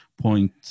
point